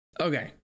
Okay